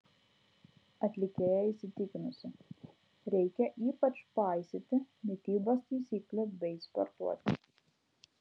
atlikėja įsitikinusi reikia ypač paisyti mitybos taisyklių bei sportuoti